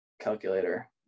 calculator